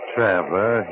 Traveler